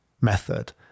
method